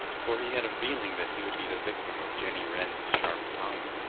for he had a feeling that he would be the victim of jenny wren's sharp tongue.